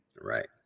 Right